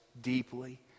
deeply